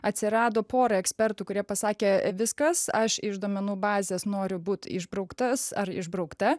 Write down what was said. atsirado pora ekspertų kurie pasakė viskas aš iš duomenų bazės noriu būt išbrauktas ar išbraukta